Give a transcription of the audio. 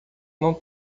não